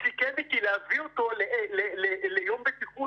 סיכם אתי להביא אותו ליום בטיחות.